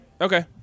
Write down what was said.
okay